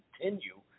continue